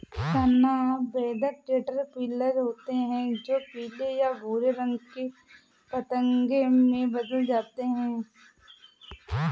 तना बेधक कैटरपिलर होते हैं जो पीले या भूरे रंग के पतंगे में बदल जाते हैं